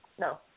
No